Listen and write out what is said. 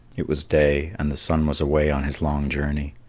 it was day, and the sun was away on his long journey.